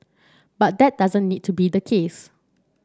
but that doesn't need to be the case